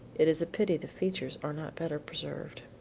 it is a pity the features are not better preserved.